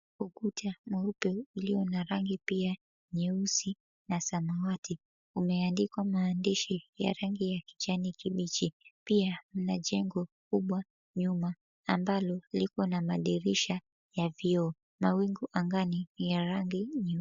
Ukuta mweupe ulio na rangi pia nyeusi na samawati umeandikwa maandishi ya rangi ya kijani kibichi. Pia mna jengo kubwa nyuma ambalo liko na madirisha ya vioo. Mawingu angani ni ya rangi nyeupe.